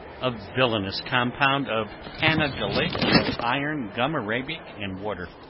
a villainous compound of tannogallate of iron, gum-arabic and water,